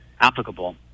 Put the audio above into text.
applicable